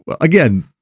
Again